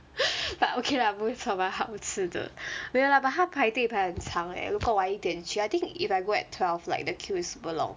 but okay lah 不错满好吃的没有 lah but 它排队排很长 leh 如果晚一点去 I think if I go at twelve like the queue is super long